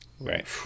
Right